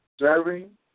serving